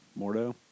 Mordo